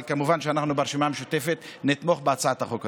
אבל כמובן שאנחנו ברשימה המשותפת נתמוך בהצעת החוק הזו.